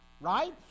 right